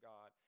God